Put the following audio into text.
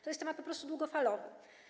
To jest temat po prostu długofalowy.